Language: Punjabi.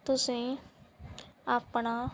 ਤੁਸੀਂ ਆਪਣਾ